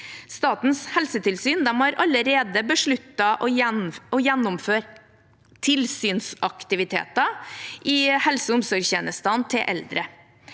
Statens helsetilsyn har allerede besluttet å gjennomføre tilsynsaktiviteter i helse- og omsorgstjenestene til eldre.